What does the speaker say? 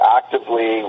actively